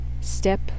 step